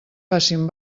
facin